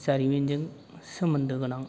जारिमिनजों सोमोन्दोगोनां